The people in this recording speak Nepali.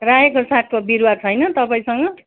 रायोको सागको बिरुवा छैन तपाईँसँग